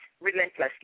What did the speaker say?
relentlessly